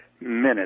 minutes